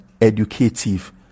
educative